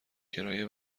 کرایه